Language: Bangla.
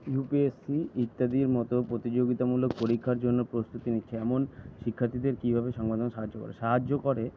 ইউপিএসসি ইত্যাদির মতো প্রতিযোগিতামূলক পরীক্ষার জন্য প্রস্তুতি নিচ্ছে এমন শিক্ষার্থীদের কীভাবে সংবাদমাধ্যম সাহায্য করে সাহায্য করে